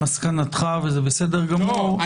מסקנתך וזה בסדר גמור.